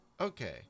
Okay